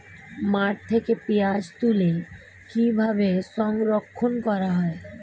মাঠ থেকে পেঁয়াজ তুলে কিভাবে সংরক্ষণ করা হয়?